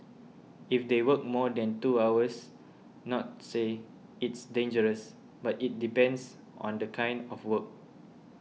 if they work more than two hours not say it's dangerous but it depends on the kind of work